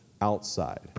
outside